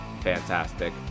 fantastic